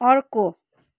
अर्को